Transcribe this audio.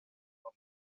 from